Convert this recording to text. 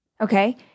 Okay